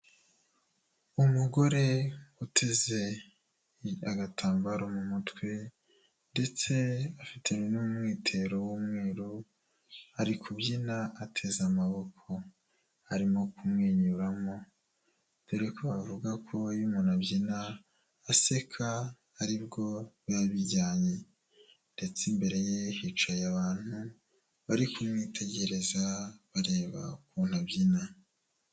Umugore uteze agatambaro mu mutwe ndetse afitanye n'umwitero w'umweru, ari kubyina ateze amaboko. Arimo kumwenyuramo, dore ko avuga ko iyo umuntu abyina aseka aribwo biba bijyanye. Ndetse imbere ye hicaye abantu, bari kumwitegereza bareba ukuntu abyina.